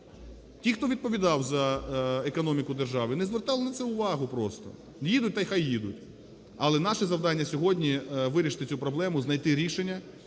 ті, хто відповідав за економіку держави, не звертали на це уваги просто: їдуть – то хай їдуть! Але наше завдання сьогодні – вирішити цю проблему, знайти рішення,